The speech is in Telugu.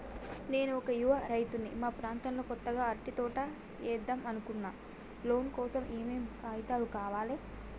నేను ఒక యువ రైతుని మా ప్రాంతంలో కొత్తగా అరటి తోట ఏద్దం అనుకుంటున్నా లోన్ కోసం ఏం ఏం కాగితాలు కావాలే?